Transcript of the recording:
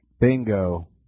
Bingo